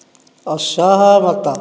ଅସହମତ